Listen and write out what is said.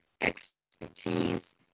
expertise